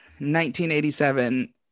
1987